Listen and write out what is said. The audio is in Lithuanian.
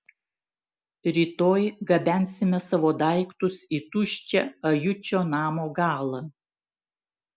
rytoj gabensime savo daiktus į tuščią ajučio namo galą